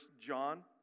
John